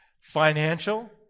financial